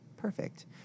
perfect